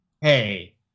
hey